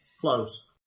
close